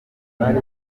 bari